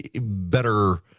better